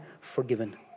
forgiven